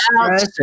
out